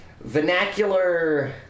Vernacular